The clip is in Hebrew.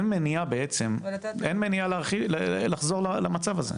אין מניעה בעצם לחזור למצב הזה.